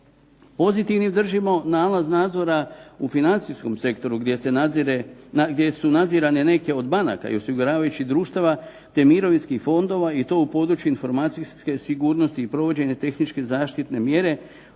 Pozitivnim držimo nalaz nadzora u financijskom sektoru gdje su nadzirane neke od banaka i osiguravajućih društava te mirovinskih fondova i to u području informacijske sigurnosti i provođenja tehničke zaštitne mjere, osobni